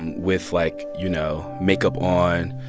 and with, like, you know, makeup on.